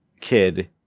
kid